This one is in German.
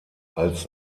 als